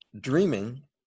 dreaming